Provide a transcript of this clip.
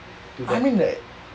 I mean the